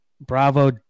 bravo